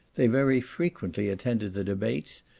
they very frequently attended the debates,